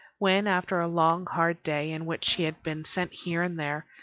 when, after a long, hard day, in which she had been sent here and there,